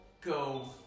go